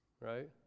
Right